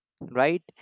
Right